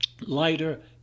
lighter